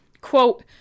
Quote